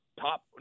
top